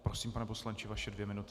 Prosím, pane poslanče, vaše dvě minuty.